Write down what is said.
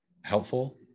helpful